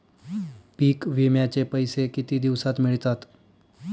पीक विम्याचे पैसे किती दिवसात मिळतात?